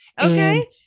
Okay